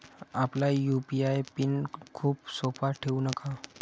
आपला UPI PIN खूप सोपा ठेवू नका